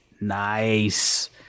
Nice